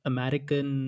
American